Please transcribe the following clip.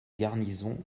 garnison